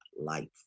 life